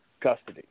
custody